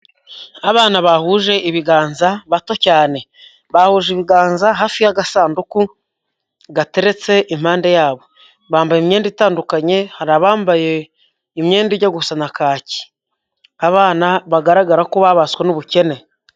Abana bahuje ibiganza bato cyane, bahuje ibiganza hafi y'agasanduku gateretse impande yabo, bambaye imyenda itandukanye, hari abambaye imyenda ijya gusa na kaki, abana bagaragara ko babaswe n'ubukene.